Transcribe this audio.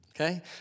okay